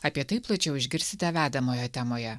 apie tai plačiau išgirsite vedamojo temoje